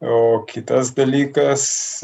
o kitas dalykas